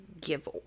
give